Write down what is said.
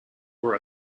were